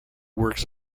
works